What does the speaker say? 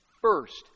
First